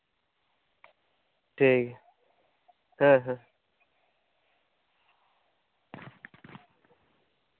ᱴᱷᱤᱠ ᱜᱮᱭᱟ ᱦᱮᱸ ᱦᱮᱸ